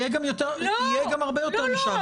יהיה גם הרבה יותר משעה ו-40,